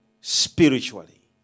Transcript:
spiritually